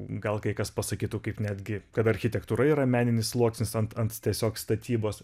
gal kai kas pasakytų kaip netgi kad architektūra yra meninis sluoksnis ant ant tiesiog statybos